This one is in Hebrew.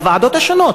בוועדות השונות.